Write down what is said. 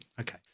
okay